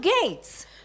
gates